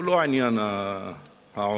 לא עניין העוני.